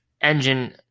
engine